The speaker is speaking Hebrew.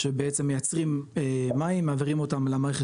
שבעצם מייצרים מים מעבירים אותם למערכת